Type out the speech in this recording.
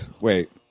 wait